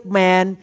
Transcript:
man